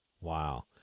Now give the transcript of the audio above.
Wow